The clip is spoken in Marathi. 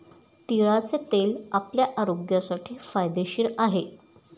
तिळाचे तेल आपल्या आरोग्यासाठी फायदेशीर आहे